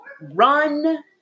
run